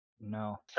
No